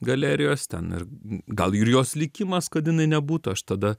galerijos ten ir gal ir jos likimas kad jinai nebūtų aš tada